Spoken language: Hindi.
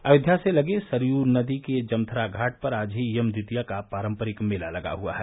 अयोध्या से लगे सरयू नदी के जमथरा घाट पर ही आज यम द्वितीया का पारम्परिक मेला लगा हुआ है